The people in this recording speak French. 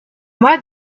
mois